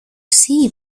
see